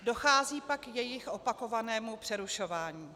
Dochází pak k jejich opakovanému přerušování.